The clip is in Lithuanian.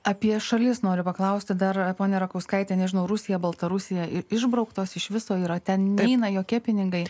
apie šalies noriu paklausti dar ponia rakauskaitė nežino rusija baltarusija ir išbrauktos iš viso yra ten neina jokie pinigai